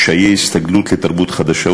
קשיי הסתגלות לתרבות חדשה,